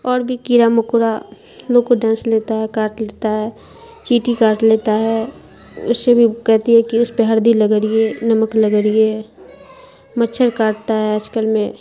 اور بھی کیڑا مکوڑا لوگ کو ڈس لیتا ہے کاٹ لیتا ہے چیٹی کاٹ لیتا ہے اس سے بھی کہتی ہے کہ اس پہ ہلدی رگڑیے نمک رگڑیے مچھر کاٹتا ہے آج کل میں